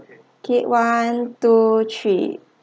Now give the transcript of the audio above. okay one two three